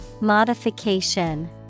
Modification